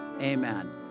Amen